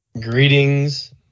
Greetings